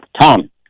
Tom